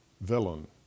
villain